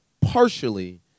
partially